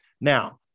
Now